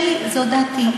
שלי, זאת דעתי.